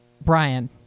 Brian